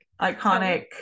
Iconic